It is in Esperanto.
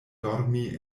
dormi